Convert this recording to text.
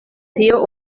tio